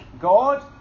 God